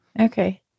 okay